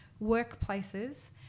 workplaces